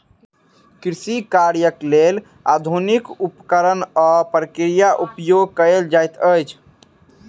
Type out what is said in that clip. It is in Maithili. कृषि कार्यक लेल आधुनिक उपकरण आ प्रक्रिया उपयोग कयल जाइत अछि